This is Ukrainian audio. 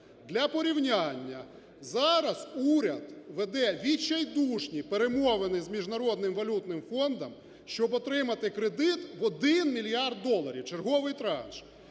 Для порівняння. Зараз уряд веде відчайдушні перемовини з Міжнародним валютним фондом, щоб отримати кредит в 1 мільярд доларів, черговий транш,